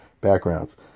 backgrounds